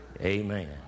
Amen